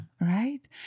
Right